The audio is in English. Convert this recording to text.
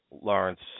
Lawrence